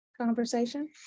conversation